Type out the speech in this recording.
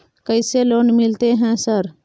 कैसे लोन मिलते है सर?